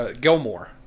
Gilmore